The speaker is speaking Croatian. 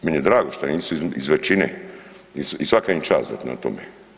Meni je drago što nisu iz većine i svaka im čast na tome.